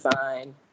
fine